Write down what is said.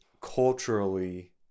culturally